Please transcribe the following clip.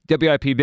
WIP